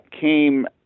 came